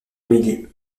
milliers